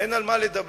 אין על מה לדבר.